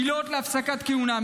עילות להפסקת כהונה,